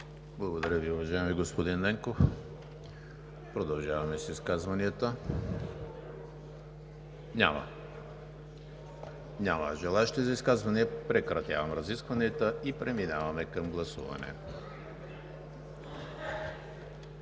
Благодаря Ви, уважаеми господин Ненков. Продължаваме с изказванията. Няма желаещи. Прекратявам разискванията и преминаваме към гласуване.